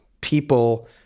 people